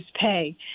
pay